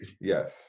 Yes